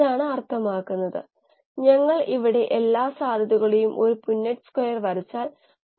അതിനാൽ മാനദണ്ഡങ്ങൾ സാധാരണയായി പ്രവർത്തിക്കുന്നു പക്ഷേ അവ എല്ലായ്പ്പോഴും പ്രവർത്തിക്കണമെന്നില്ല